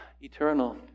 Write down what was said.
eternal